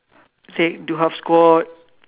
leg do half squat